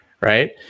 right